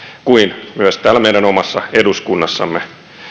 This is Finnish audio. kuin myös täällä meidän omassa eduskunnassamme